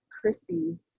christy